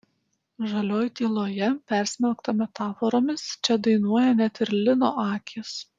žalioj tyloje persmelkta metaforomis čia dainuoja net ir lino akys